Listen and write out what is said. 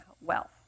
wealth